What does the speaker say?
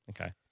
Okay